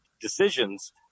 decisions